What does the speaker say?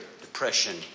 depression